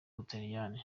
butaliyani